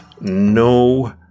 no